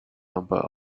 number